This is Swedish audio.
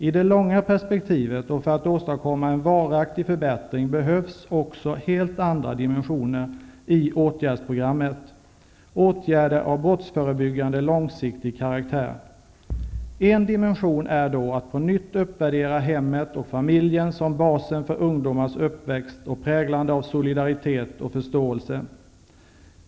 I det långa perspektivet och för att åstadkomma en varaktig förbättring behövs också helt andra dimensioner i åtgärdsprogrammet, åtgärder av brottsförebyggande långsiktig karaktär. En dimension är då att på nytt uppvärdera hemmet och familjen som basen för ungdomars uppväxt och präglande av solidaritet och förståelse.